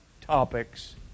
topics